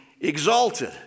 exalted